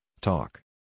talk